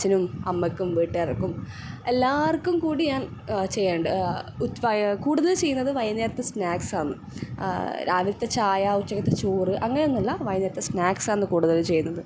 അച്ഛനും അമ്മയ്ക്കും വീട്ട്കാർക്കും എല്ലാവർക്കും കൂടി ഞാൻ ചെയ്യാണ്ട് ഉത്ഫയാ കൂടുതൽ ചെയ്യുന്നത് വൈകുന്നേരത്തെ സ്നാക്കസാന്ന് രാവിൽത്തെ ചായ ഉച്ചക്കൽത്തെ ചോറ് അങ്ങനൊന്നുല്ല വൈകുന്നേരത്തെ സ്നാക്ക്സ് ആന്ന് കൂടുതല് ചെയ്യുന്നത്